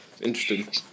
interesting